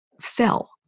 fell